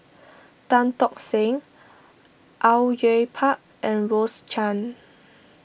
Tan Tock Seng Au Yue Pak and Rose Chan